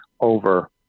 over